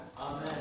Amen